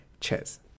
Cheers